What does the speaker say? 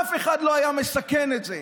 אף אחד לא היה מסכן את זה.